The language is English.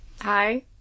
Hi